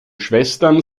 schwestern